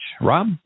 Rob